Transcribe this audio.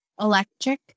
Electric